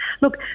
Look